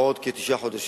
בעוד כתשעה חודשים.